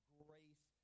grace